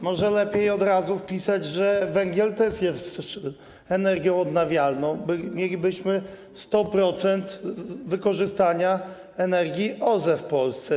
Może lepiej od razu wpisać, że węgiel też jest energią odnawialną, mielibyśmy 100% wykorzystania energii OZE w Polsce.